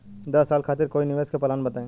दस साल खातिर कोई निवेश के प्लान बताई?